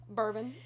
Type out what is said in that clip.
Bourbon